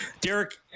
Derek